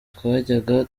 twajyaga